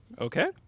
Okay